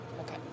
okay